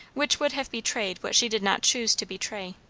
which would have betrayed what she did not choose to betray.